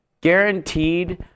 guaranteed